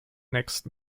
next